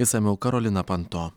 išsamiau karolina panto